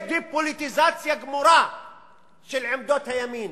יש דה-פוליטיזציה גמורה של עמדות הימין.